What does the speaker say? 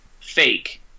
fake